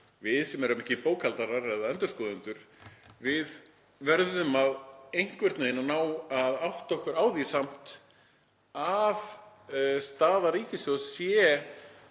við sem erum ekki bókhaldarar eða endurskoðendur verðum einhvern veginn að ná að átta okkur á því samt að staða ríkissjóðs